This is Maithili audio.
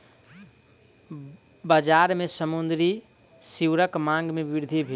बजार में समुद्री सीवरक मांग में वृद्धि भेल